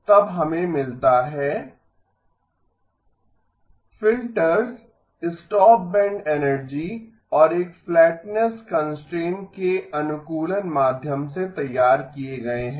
तब हमें मिलता है फिल्टर्स स्टॉपबैंड एनर्जी और एक फ्लैटनेस कंस्ट्रेंट के अनुकूलन माध्यम से तैयार किए गए हैं